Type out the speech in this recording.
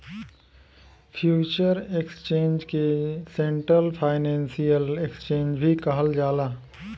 future exchange के central financial exchange भी कहल जाला